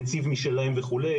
נציב משלהם וכו',